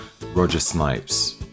rogersnipes